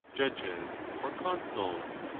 judges, or consuls.